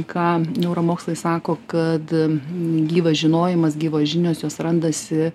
ką neuromokslai sako kad gyvas žinojimas gyvos žinios jos randasi